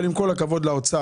אבל עם כל הכבוד לאוצר,